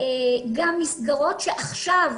גם מסגרות שעכשיו